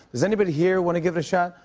does anybody here want to give it a shot?